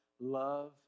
Love